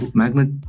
magnet